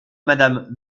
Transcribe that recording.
madame